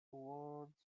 awards